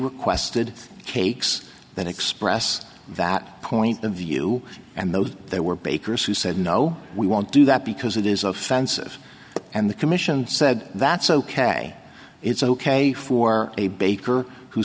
requested cakes that express that point of view and those there were bakers who said no we won't do that because it is offensive and the commission said that's ok it's ok for a baker who